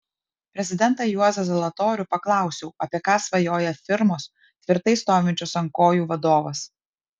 prezidentą juozą zalatorių paklausiau apie ką svajoja firmos tvirtai stovinčios ant kojų vadovas